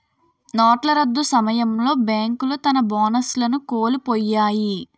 నోట్ల రద్దు సమయంలో బేంకులు తన బోనస్లను కోలుపొయ్యాయి